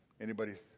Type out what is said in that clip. Anybody's